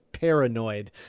paranoid